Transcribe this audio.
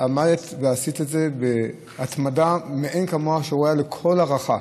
ואת עמדת ועשית את זה בהתמדה מאין כמוה שראויה לכל הערכה.